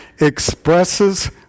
expresses